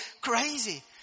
crazy